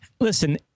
Listen